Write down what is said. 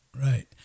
right